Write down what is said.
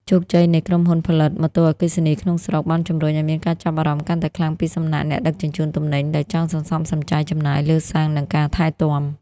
ជោគជ័យនៃក្រុមហ៊ុនផលិតម៉ូតូអគ្គិសនីក្នុងស្រុក បានជម្រុញឱ្យមានការចាប់អារម្មណ៍កាន់តែខ្លាំងពីសំណាក់អ្នកដឹកជញ្ជូនទំនិញ ដែលចង់សន្សំសំចៃចំណាយលើសាំង និងការថែទាំ។